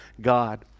God